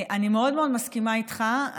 אני מאוד מאוד מסכימה איתך,